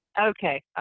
Okay